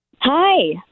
Hi